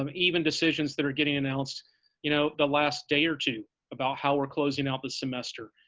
um even decisions that are getting announced you know the last day or two about how we're closing out this semester,